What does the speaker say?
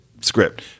script